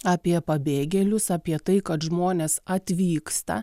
apie pabėgėlius apie tai kad žmonės atvyksta